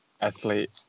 athlete